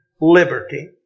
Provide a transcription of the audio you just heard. liberty